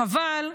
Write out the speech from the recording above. חבל.